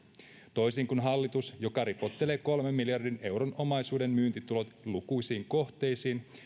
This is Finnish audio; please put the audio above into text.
toisin kuin hallitus joka ripottelee kolmen miljardin euron omaisuuden myyntitulot lukuisiin kohteisiin me